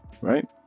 right